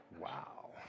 Wow